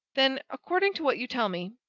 then, according to what you tell me,